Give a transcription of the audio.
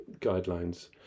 guidelines